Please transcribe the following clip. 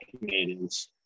Canadians